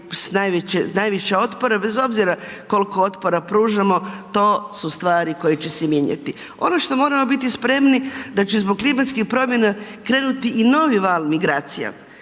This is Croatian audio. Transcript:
najviše otpora, bez obzira kolko otpora pružamo to su stvari koje će se mijenjati. Ono što moramo biti spremni da će zbog klimatskih promjena krenuti i novi val migracija